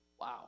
Wow